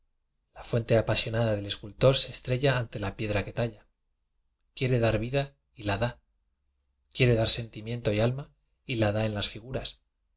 la fuente apasionada del escultor se estrella ante la piedra que talla quiere dar vida y la dá quiere dar senti miento y alma y la dá en las figuras